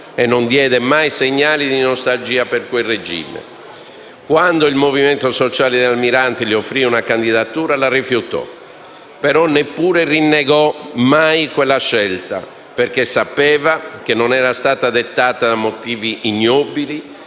e non diede mai segnali di nostalgia per quel regime. Quando il Movimento Sociale di Almirante gli offrì una candidatura la rifiutò. Ma neppure rinnegò mai quella scelta, perché sapeva che era stata dettata non da motivi ignobili,